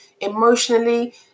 emotionally